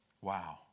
Wow